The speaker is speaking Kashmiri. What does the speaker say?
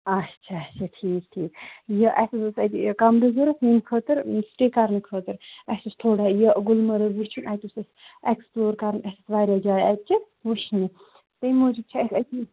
اچھا اچھا ٹھیٖک ٹھیٖک یہِ اَسہِ حظ اوس اَتہِ کَمرٕ ضرورَت میانہِ خٲطرٕ سِٹے کَرنہٕ خٲطرٕ اَسہِ اوس تھوڑا یہِ گُلمَرٕگ وٕچھُن اَتہِ اوس اَسہِ ایٚکٕسپٕلور کَرُن اَسہِ ٲسۍ واریاہ جایہِ اَتچہِ وٕچھنہِ تمہِ موٗجوٗب چھِ اَسہِ أسۍ